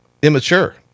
Immature